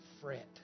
fret